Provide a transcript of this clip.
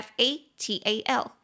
Fatal